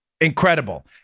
incredible